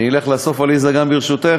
אני אלך לסוף, עליזה, ברשותך.